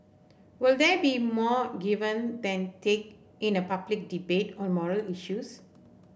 will there be more given than take in a public debate on moral issues